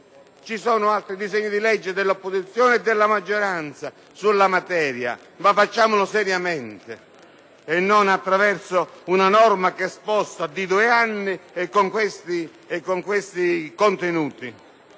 inoltre, altri disegni di legge dell’opposizione e della maggioranza sulla materia. Facciamolo dunque seriamente, e non attraverso una norma che sposta i tempi di due anni e con questi contenuti.